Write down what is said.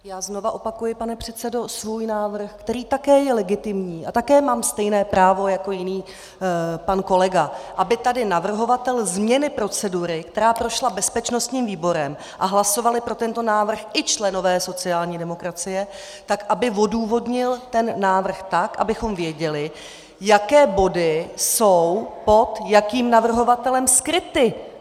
Já znovu opakuji, pane předsedo, svůj návrh, který je také legitimní, a také mám stejné právo jako jiný pan kolega, aby tady navrhovatel změny procedury, která prošla bezpečnostním výborem, a hlasovali pro tento návrh i členové sociální demokracie, odůvodnil a odůvodnil ten návrh tak, abychom věděli, jaké body jsou pod jakým navrhovatelem skryty.